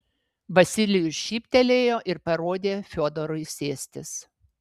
vasilijus šyptelėjo ir parodė fiodorui sėstis